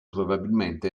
probabilmente